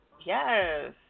Yes